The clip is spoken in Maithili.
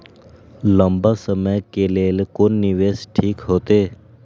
लंबा समय के लेल कोन निवेश ठीक होते?